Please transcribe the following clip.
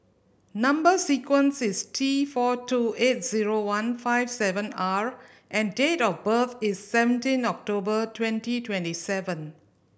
number sequence is T four two eight zero one five seven R and date of birth is seventeen October twenty twenty seven